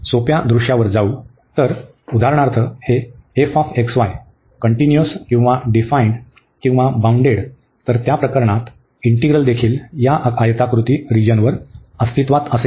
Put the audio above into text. तर उदाहरणार्थ जर हे कन्टीन्युअस किंवा डिफाईनड आणि बाउंडेड तर त्या प्रकरणात इंटीग्रलदेखील या आयताकृती रिजनवर अस्तित्वात असेल